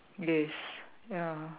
yes ya